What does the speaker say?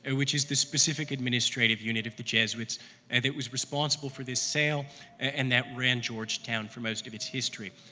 and which is the specific administrative unit of the jesuits and that was responsible for this sale and that ran georgetown for most of its history.